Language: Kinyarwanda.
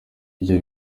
iyo